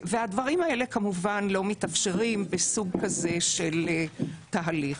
הדברים האלה כמובן לא מתאפשרים בסוג כזה של תהליך.